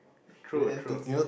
true true